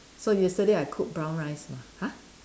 so yesterday I cooked brown rice lah !huh!